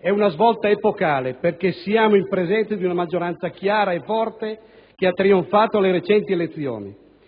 è una svolta epocale perché siamo in presenza di una maggioranza chiara e forte che ha trionfato alle recenti elezioni,